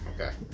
Okay